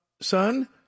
son